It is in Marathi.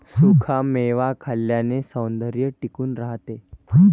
सुखा मेवा खाल्ल्याने सौंदर्य टिकून राहते